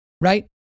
right